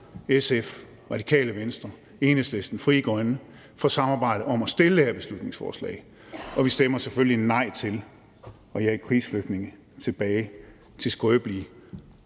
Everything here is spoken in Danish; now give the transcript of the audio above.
SF, Radikale Venstre, Enhedslisten, Frie Grønne for samarbejdet om at fremsætte det her beslutningsforslag, og vi stemmer selvfølgelig nej til at jage krigsflygtninge tilbage til skrøbelige